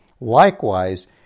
Likewise